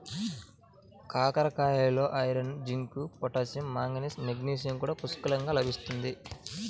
కాకరకాయలలో iron, zinc, potassium, manganese, magnesium కూడా పుష్కలంగా లభిస్తుంది